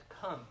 come